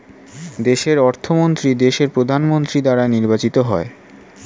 দেশের অর্থমন্ত্রী দেশের প্রধানমন্ত্রী দ্বারা নির্বাচিত হয়